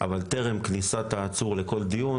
אבל טרם כניסת העצור לכל דיון,